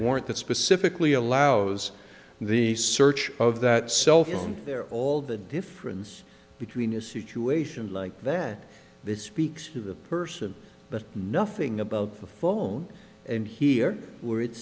warrant that specifically allows the search of that cell phone there all the difference between a situation like that that speaks to the person but nothing about the phone and here where it